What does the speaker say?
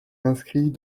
inscrits